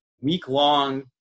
week-long